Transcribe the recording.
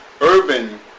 urban